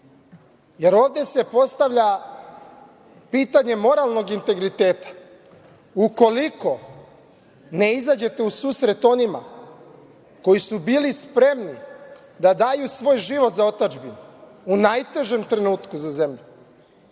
se postavlja pitanje moralnog integriteta. Ukoliko ne izađete u susret onima koji su bili spremni da daju svoj život za otadžbinu u najtežem trenutku za zemlju,